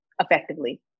effectively